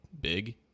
big